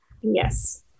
Yes